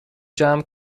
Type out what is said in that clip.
جمع